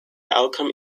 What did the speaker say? outcome